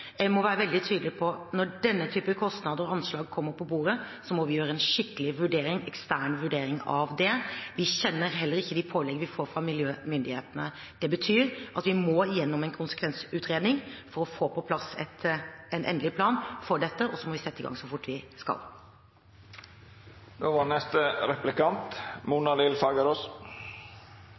jeg må være veldig tydelig på at når denne typen kostnader og anslag kommer på bordet, må vi gjøre en skikkelig vurdering, en ekstern vurdering av det. Vi kjenner heller ikke de pålegg vi får fra miljømyndighetene. Det betyr at vi må gjennom en konsekvensutredning for å få på plass en endelig plan for dette, og så må vi sette i gang så fort vi skal. I 1995 var